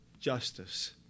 justice